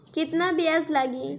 केतना ब्याज लागी?